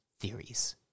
theories